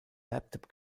laptop